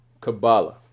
Kabbalah